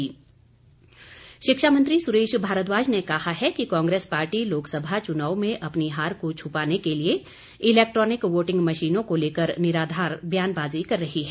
सुरेश भारद्वाज शिक्षामंत्री सुरेश भारद्वाज ने कहा है कि कांग्रेस पार्टी लोकसभा चुनाव में अपनी हार को छुपाने के लिए इलैक्ट्रॉनिक वोटिंग मशीनों को लेकर निराधार बयानबाजी कर रही है